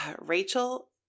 Rachel